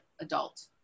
adult